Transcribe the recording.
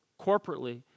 corporately